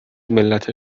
ملت